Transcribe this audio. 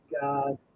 God